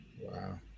Wow